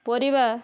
ପରିବା